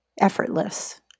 effortless